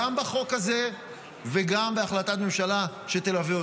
גם בחוק הזה וגם בהחלטת ממשלה שתלווה אותו.